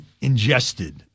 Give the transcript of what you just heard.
ingested